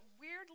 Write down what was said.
weirdly